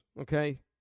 okay